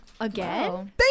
Again